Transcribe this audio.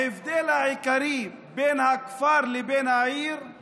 ההבדל העיקרי בין הכפר לבין העיר הוא